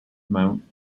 mount